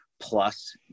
plus